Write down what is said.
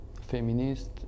feminist